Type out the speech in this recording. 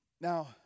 Now